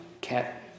cat